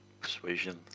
persuasion